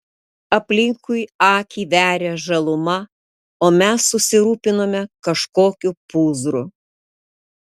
aplinkui akį veria žaluma o mes susirūpinome kažkokiu pūzru